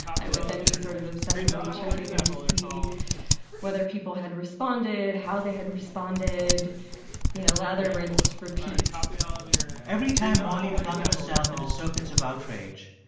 i would then be sort of obsessively checking to see whether people had responded, how they had responded you know, lather, rinse, repeat every time molly plugged herself into circuits of outrage,